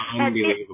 unbelievable